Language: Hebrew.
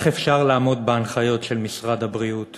איך אפשר לעמוד בהנחיות משרד הבריאות